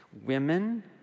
Women